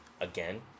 again